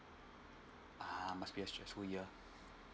ah must be a stressful year